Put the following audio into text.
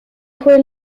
fue